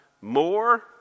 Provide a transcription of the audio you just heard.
more